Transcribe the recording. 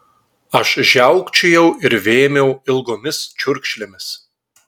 aš žiaukčiojau ir vėmiau ilgomis čiurkšlėmis